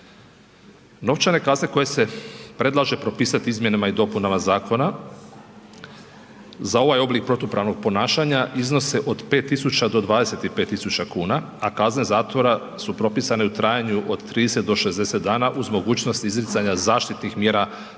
Novčane kazne koje se predlažu propisati izmjenama i dopunama zakona za ovaj oblik protupravnog ponašanja iznose od 5 tisuća do 25 tisuća kuna, a kazne zatvora su propisane u trajanju od 30 do 60 dana uz mogućnost izricanja zaštitnih mjera zabrane